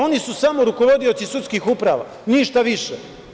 Oni su samo rukovodioci sudskih uprava, ništa više.